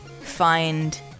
find